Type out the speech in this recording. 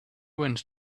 went